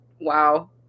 Wow